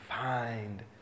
find